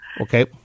Okay